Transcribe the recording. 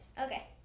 Okay